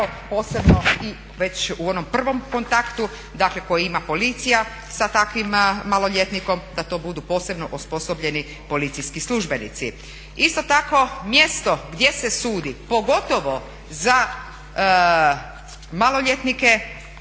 posebno i već u onom prvom kontaktu dakle koji ima policija sa takvim maloljetnikom da to budu posebno osposobljeni policijski službenici. Isto tako, mjesto gdje se sudi, pogotovo za maloljetnike